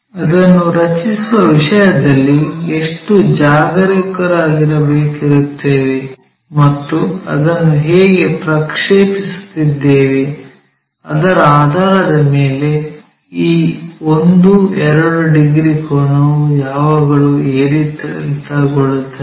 ಅದನ್ನು ರಚಿಸುವ ವಿಷಯದಲ್ಲಿ ಎಷ್ಟು ಜಾಗರೂಕರಾಗಿರುತ್ತೇವೆ ಮತ್ತು ಅದನ್ನು ಹೇಗೆ ಪ್ರಕ್ಷೇಪಿಸುತ್ತಿದ್ದೇವೆ ಅದರ ಆಧಾರದ ಮೇಲೆ ಈ ಒಂದು ಎರಡು ಡಿಗ್ರಿ ಕೋನವು ಯಾವಾಗಲೂ ಏರಿಳಿತಗೊಳ್ಳುತ್ತದೆ